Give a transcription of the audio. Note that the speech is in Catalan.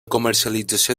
comercialització